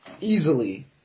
easily